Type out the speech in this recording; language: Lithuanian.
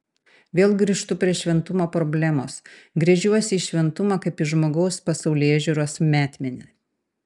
vėl grįžtu prie šventumo problemos gręžiuosi į šventumą kaip į žmogaus pasaulėžiūros metmenį